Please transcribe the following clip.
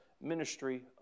ministry